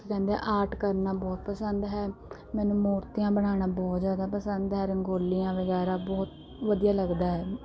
ਕੀ ਕਹਿੰਦੇ ਹੈ ਆਰਟ ਕਰਨਾ ਬਹੁਤ ਪਸੰਦ ਹੈ ਮੈਨੂੰ ਮੂਰਤੀਆਂ ਬਣਾਉਣਾ ਬਹੁਤ ਜ਼ਿਆਦਾ ਪਸੰਦ ਹੈ ਰੰਗੋਲੀਆਂ ਵਗੈਰਾ ਬਹੁਤ ਵਧੀਆ ਲੱਗਦਾ ਹੈ